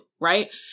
right